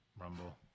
Rumble